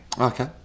Okay